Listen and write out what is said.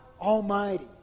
Almighty